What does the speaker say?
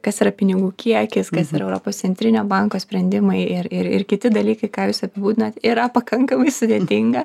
kas yra pinigų kiekis kas yra europos centrinio banko sprendimai ir ir ir kiti dalykai ką jūs apibūdinat yra pakankamai sudėtinga